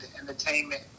entertainment